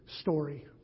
story